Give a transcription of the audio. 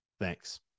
Thanks